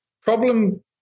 problem